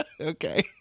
okay